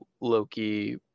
Loki